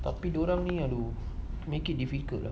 tapi dia orang ni make it difficult lah